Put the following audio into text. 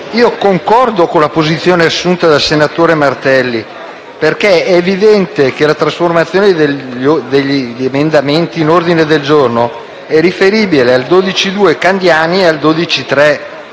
concordo con la posizione assunta dal senatore Martelli, perché è evidente che la trasformazione degli emendamenti nell'ordine del giorno è riferibile all'emendamento 12.2, a